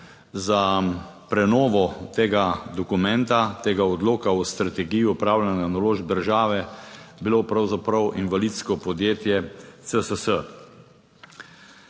za prenovo tega dokumenta, tega Odloka o strategiji upravljanja naložb države bilo pravzaprav invalidsko podjetje CSS.